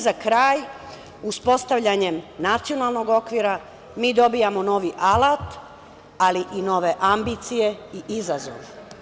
Za kraj, uspostavljanjem Nacionalnog okvira mi dobijamo novi alat, ali i nove ambicije i izazove.